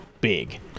big